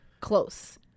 close